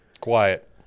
Quiet